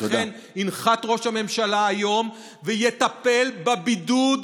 ולכן ינחת ראש הממשלה היום ויטפל בבידוד,